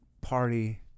party